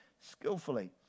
skillfully